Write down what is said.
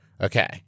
Okay